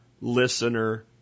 listener